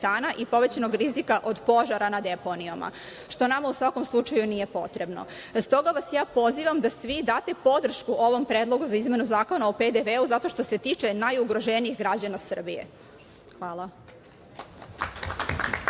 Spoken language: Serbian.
i povećano g rizika od požara na deponijama, što nama u svakom slučaju nije potrebno. Stoga vas ja pozivam da svi date podršku ovom predlogu za izmenu Zakona o PDV-u, zato što se tiče najugroženijih građana Srbije. Hvala.